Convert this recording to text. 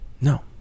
No